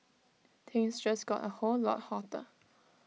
things just got A whole lot hotter